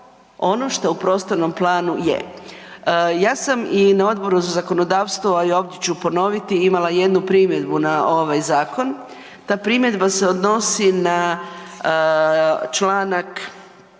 on što u prostornom planu je. Ja sam i na Odboru za zakonodavstvo, a i ovdje ću ponoviti imala jednu primjedbu na ovaj zakon. Ta primjedba se odnosi na Članak